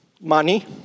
Money